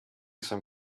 some